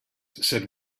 said